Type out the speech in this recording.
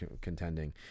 contending